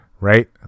right